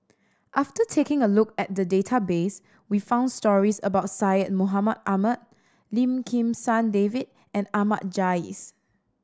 after taking a look at the database we found stories about Syed Mohamed Ahmed Lim Kim San David and Ahmad Jais